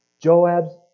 Joab's